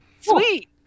Sweet